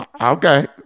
Okay